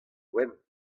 wenn